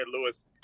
Lewis